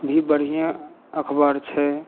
भी बढ़िऑं अखबार छै